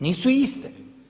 Nisu iste.